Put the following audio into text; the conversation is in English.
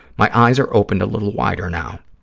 my eyes are opened a little wider now.